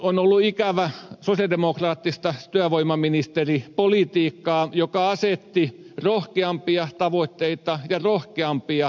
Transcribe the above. on ollut ikävä sosialidemokraattista työvoimaministeripolitiikkaa joka asetti rohkeampia tavoitteita ja rohkeampia työkaluja